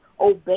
obey